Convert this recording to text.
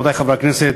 רבותי חברי הכנסת,